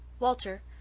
walter,